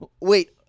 Wait